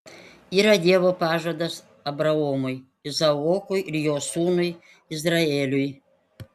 yra dievo pažadas abraomui izaokui ir jo sūnui izraeliui